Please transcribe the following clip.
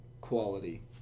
quality